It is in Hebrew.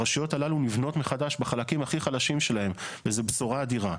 הרשויות הללו נבנות מחדש בחלקים הכי חלשים שלהן וזה בשורה אדירה,